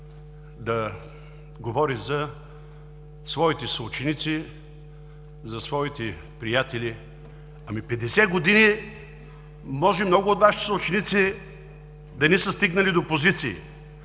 да говори за своите съученици, за своите приятели. Ами 50 години много от Вашите съученици може да не са стигнали до позиции,